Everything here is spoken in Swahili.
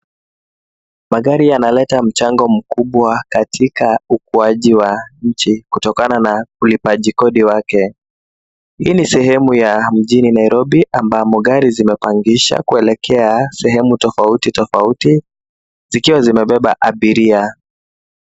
Magari yanaleta mchango mkubwa katika ukujia ya nchi, kutokana na ulipaji kodi wake. Hii ni sehemu ya mjini Nairobi, ambamo gari zimepangisha kuelekea sehemu tofauti tofauti, zikiwa zimebeba abiria.